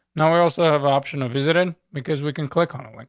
now, i also have option of visited because we can click on a link.